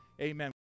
Amen